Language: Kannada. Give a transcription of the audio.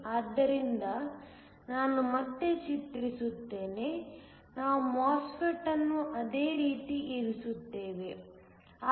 ಆದ್ದರಿಂದ ನಾನು ಮತ್ತೆ ಚಿತ್ರಿಸುತ್ತೇನೆ ನಾವು MOSFET ಅನ್ನು ಅದೇ ರೀತಿ ಇರಿಸುತ್ತೇವೆ